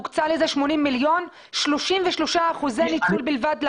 הוקצה לזה 80 מיליון 33% ניצול בלבד.